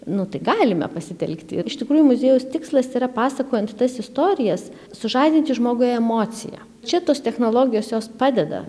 nu tai galime pasitelkti ir iš tikrųjų muziejaus tikslas yra pasakojant tas istorijas sužadinti žmogui emociją čia tos technologijos jos padeda